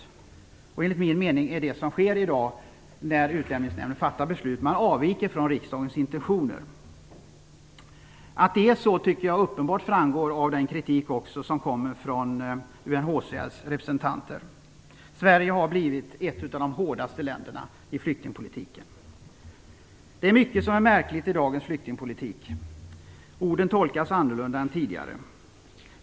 Det är enligt min mening vad som sker i dag när Utlänningsnämnden fattar sina beslut. Man avviker från riksdagens intentioner. Att det är så tycker jag är uppenbart. Det framgår också av den kritik som kommer från UNHCR:s representanter. Sverige har blivit ett av de hårdaste länderna i flyktingpolitiken. Det är mycket som är märkligt i dagens flyktingpolitik. Orden tolkas annorlunda än tidigare.